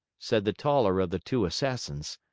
said the taller of the two assassins.